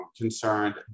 concerned